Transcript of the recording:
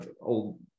old